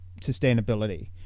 sustainability